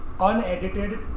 unedited